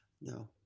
No